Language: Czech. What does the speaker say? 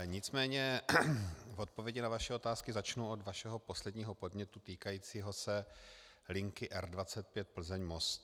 Nicméně v odpovědi na vaše otázky začnu od vašeho posledního podnětu týkajícího se linky R25 Plzeň Most.